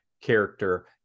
character